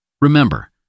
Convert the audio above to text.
Remember